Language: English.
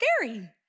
scary